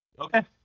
Okay